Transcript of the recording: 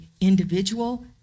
individual